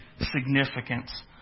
significance